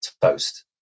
toast